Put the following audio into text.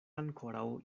ankoraŭ